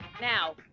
Now